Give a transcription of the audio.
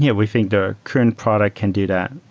yeah we think that our current product can do that.